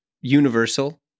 universal